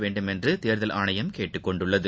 வேண்டுமென்று தேர்தல் ஆணையம் கேட்டுக் கொண்டுள்ளது